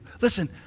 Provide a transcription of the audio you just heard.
Listen